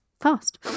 fast